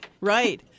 right